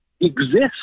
exist